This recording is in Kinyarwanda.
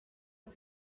uko